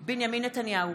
בעד בנימין נתניהו,